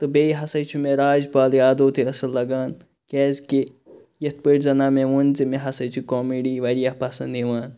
تہٕ بیٚیہِ ہَسا چھُ مےٚ راج پال یادَو تہِ اصٕل لَگان کیازکہِ یِتھ پٲٹھۍ زَن مےٚ ووٚن زِ مےٚ ہَسا چھ کامیڈی واریاہ پَسَنٛد یِوان